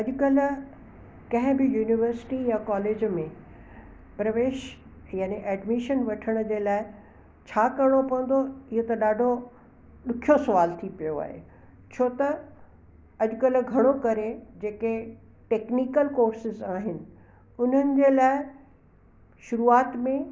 अॼु कल्ह कंहिं बि यूनिवर्सिटी या कॉलेज में प्रवेश यानि एडमीशन वठण जे लाइ छा करिणो पवंदो इहो त ॾुखियो सवाल थी पियो आहे छो त अॼु कल्ह घणो करे जेके टेक्नीकल कोर्सिस आहिनि उन्हनि जे लाइ शुरूआति में